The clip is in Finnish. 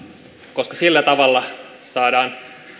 koska sillä tavalla saadaan